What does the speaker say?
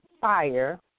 fire